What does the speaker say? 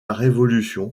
révolution